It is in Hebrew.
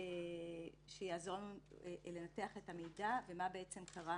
מומחה שיעזור לנו לנתח את המידע ומה קרה